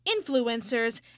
influencers